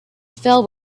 fell